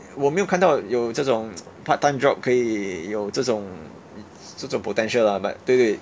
我没有看到有这种 part time job 可以有这种这种 potential lah but 对不对